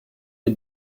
you